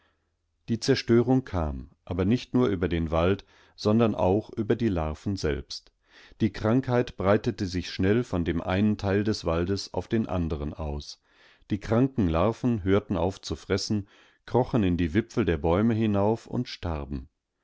die zerstörung kam aber nicht nur über den wald sondern auch über die larven selbst die krankheit breitete sich schnell von dem einen teil des waldes auf den anderen aus die kranken larven hörten auf zu fressen krochen in die wipfel der bäume hinauf und starben